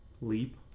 Leap